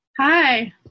Hi